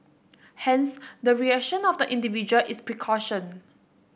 hence the reaction of the individual is precaution